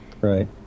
right